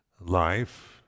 life